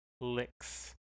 licks